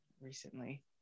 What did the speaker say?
recently